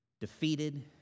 defeated